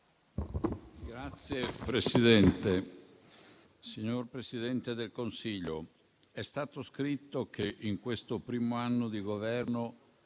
Signor Presidente del Consiglio, è stato scritto che in questo primo anno di Governo